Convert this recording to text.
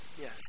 Yes